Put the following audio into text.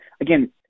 again